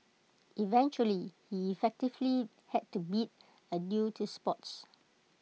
eventually he effectively had to bid adieu to sports